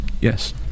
Yes